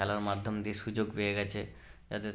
খেলার মাধ্যম দিয়ে সুযোগ পেয়ে গিয়েছে তাদের